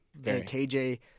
KJ